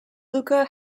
luca